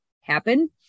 happen